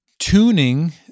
Tuning